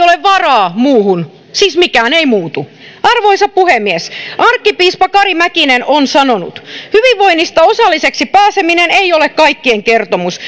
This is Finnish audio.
ole varaa muuhun siis mikään ei muutu arvoisa puhemies arkkipiispa kari mäkinen on sanonut hyvinvoinnista osalliseksi pääseminen ei ole kaikkien kertomus